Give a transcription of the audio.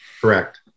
Correct